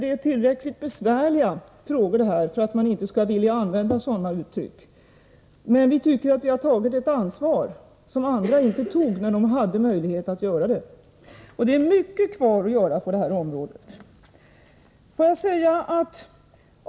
Det är tillräckligt besvärliga frågor för att man inte skall vilja använda sådana uttryck, men vi tycker att vi har tagit ett ansvar som andra inte tog när de hade möjlighet att göra det — och det är mycket kvar att göra på det här området.